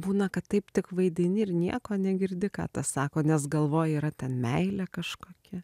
būna kad taip tik vaidini ir nieko negirdi ką tas sako nes galvoj yra ten meilė kažkokia